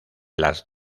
las